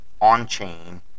on-chain